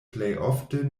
plejofte